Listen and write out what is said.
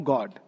God।